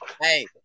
Hey